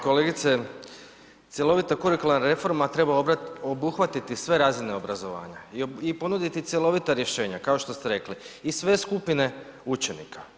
Pa kolegice cjelovita Kurikularna reforma treba obuhvatiti sve razine obrazovanja i ponuditi cjelovita rješenja kao što ste rekli i sve skupine učenika.